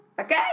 okay